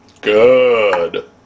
Good